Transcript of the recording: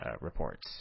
reports